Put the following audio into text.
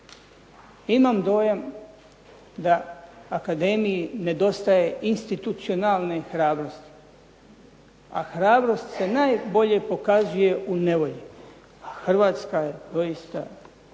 Imam dojam da akademiji nedostaje institucionalne hrabrosti, a hrabrost se najbolje pokazuje u nevolji, a Hrvatska je doista dio